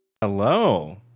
Hello